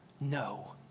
No